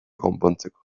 konpontzeko